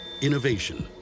Innovation